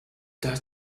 does